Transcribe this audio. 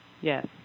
Yes